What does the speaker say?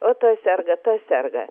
o tas serga tas serga